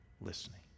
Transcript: listening